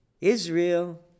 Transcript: Israel